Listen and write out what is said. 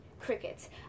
crickets